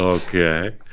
ah okay